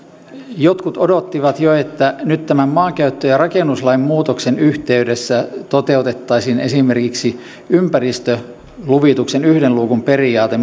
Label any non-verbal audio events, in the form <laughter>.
jotkut odottivat jo että nyt tämän maankäyttö ja rakennuslain muutoksen yhteydessä toteutettaisiin esimerkiksi ympäristöluvituksen yhden luukun periaate <unintelligible>